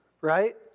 Right